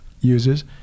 uses